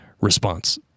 response